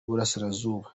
burasirazuba